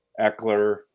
Eckler